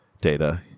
Data